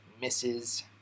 misses